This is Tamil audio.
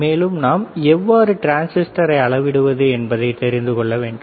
மேலும் நாம் எவ்வாறு டிரான்ஸிஸ்டரை அளவிடுவது என்பதை தெரிந்து கொள்ள வேண்டும்